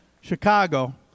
Chicago